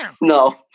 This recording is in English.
No